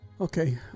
Okay